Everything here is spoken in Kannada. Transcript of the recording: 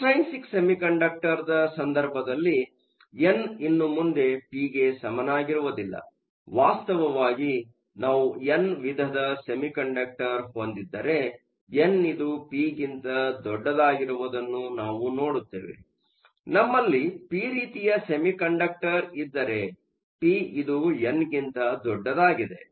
ಎಕ್ಸ್ಟ್ರೈನ್ಸಿಕ್ ಸೆಮಿಕಂಡಕ್ಟರ್ನ ಸಂದರ್ಭದಲ್ಲಿ ಎನ್ ಇನ್ನು ಮುಂದೆ ಪಿ ಗೆ ಸಮನಾಗಿರುವುದಿಲ್ಲ ವಾಸ್ತವವಾಗಿ ನಾವು ಎನ್ ವಿಧದ ಸೆಮಿಕಂಡಕ್ಟರ್ ಹೊಂದಿದ್ದರೆ ಎನ್ ಇದು ಪಿ ಗಿಂತ ದೊಡ್ಡದಾಗಿರುವುದನ್ನು ನಾವು ನೋಡುತ್ತೇವೆ ನಮ್ಮಲ್ಲಿ ಪಿ ರೀತಿಯ ಸೆಮಿಕಂಡಕ್ಟರ್ ಇದ್ದರೆ ಪಿ ಇದು ಎನ್ ಗಿಂತ ದೊಡ್ಡದಾಗಿದೆ